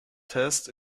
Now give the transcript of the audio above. test